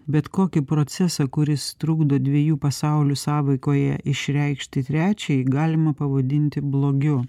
bet kokį procesą kuris trukdo dviejų pasaulių sąveikoje išreikšti trečiąjį galima pavadinti blogiu